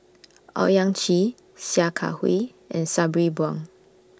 Owyang Chi Sia Kah Hui and Sabri Buang